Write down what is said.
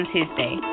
Tuesday